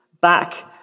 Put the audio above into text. back